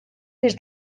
des